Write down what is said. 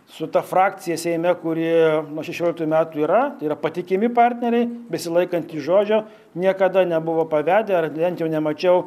su ta frakcija seime kuri nuo šešioliktų metų yra yra patikimi partneriai besilaikantys žodžio niekada nebuvo pavedę ar bent jau nemačiau